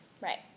right